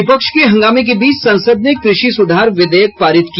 विपक्ष के हंगामे के बीच संसद ने कृषि सुधार विधेयक पारित किया